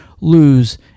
lose